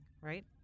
right